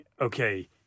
okay